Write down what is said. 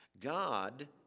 God